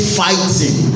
fighting